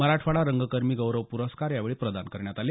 मराठवाडा रंगकर्मी गौरव प्रस्कार यावेळी प्रदान करण्यात आले